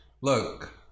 Look